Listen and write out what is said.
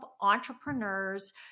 entrepreneurs